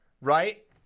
right